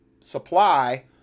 supply